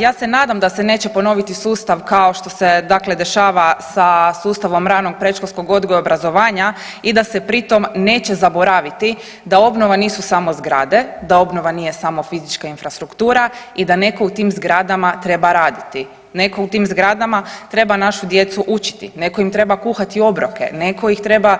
Ja se nadam da se neće ponoviti sustav kao što se dakle dešava sa sustavom ranog predškolskog odgoja i obrazovanja i da se pri tom neće zaboraviti da obnova nisu samo zgrade, da obnova nije samo fizička infrastruktura i da neko u tim zgradama treba raditi, neko u tim zgradama treba našu djecu učiti, neko im treba kuhati obroke, neko ih treba